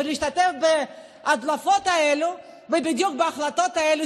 ולהשתתף בהדלפות האלו ובדיוק בהחלטות האלה,